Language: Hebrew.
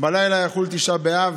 בלילה יחול תשעה באב,